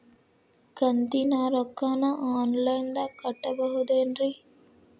ಕಂತಿನ ರೊಕ್ಕನ ಆನ್ಲೈನ್ ದಾಗ ಕಟ್ಟಬಹುದೇನ್ರಿ?